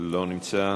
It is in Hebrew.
לא נמצא.